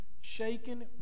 shaken